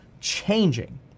changing